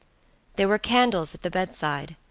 there were candles at the bedside.